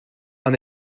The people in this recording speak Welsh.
ond